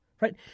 right